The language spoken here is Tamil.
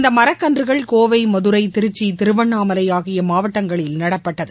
இந்த மரக்கன்றுகள் கோவை மதுரை திருச்சி திருவண்ணாமலை ஆகிய மாட்டவங்களில் நடப்பட்டது